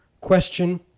question